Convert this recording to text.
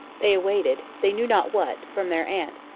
they awaited they knew not what from their aunt,